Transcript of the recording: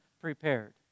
prepared